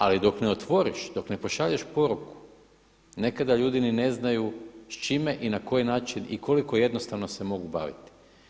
Ali dok ne otvoriš, dok ne pošalješ poruku, nekada ljudi ni ne znaju s čime i na koji način i koliko jednostavno se mogu baviti.